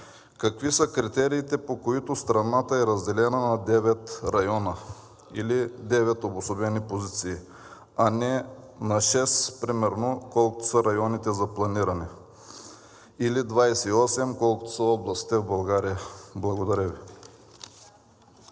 какви са критериите, по които страната е разделена на 9 района, или 9 обособени позиции, а не на 6, примерно, колкото са районите за планиране, или на 28, колкото са областите в България? Благодаря Ви.